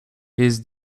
his